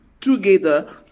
together